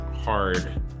hard